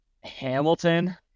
Hamilton